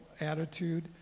attitude